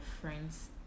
friends